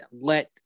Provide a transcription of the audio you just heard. let